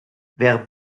wer